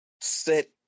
set